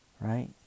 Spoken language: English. right